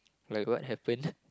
like what happened